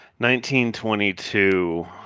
1922